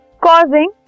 causing